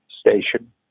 station